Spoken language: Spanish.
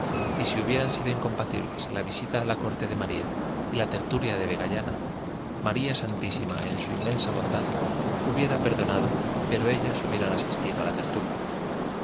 y si hubieran sido incompatibles la visita a la corte de maría y la tertulia de vegallana maría santísima en su inmensa bondad hubiera perdonado pero ellas hubieran asistido a la tertulia